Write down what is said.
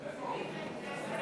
הצעת